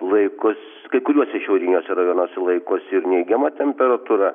laikos kai kuriuose šiauriniuose rajonuose laikosi ir neigiama temperatūra